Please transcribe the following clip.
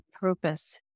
purpose